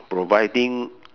providing